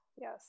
Yes